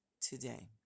today